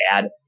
dad